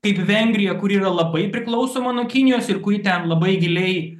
kaip vengrija kuri yra labai priklausoma nuo kinijos ir kuri ten labai giliai